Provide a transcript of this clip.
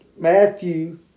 Matthew